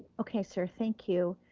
okay sir, thank you.